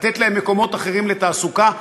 לתת להם מקומות אחרים לתעסוקה,